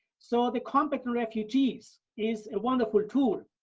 so, the compact refugees is a wonderful tool,